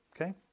okay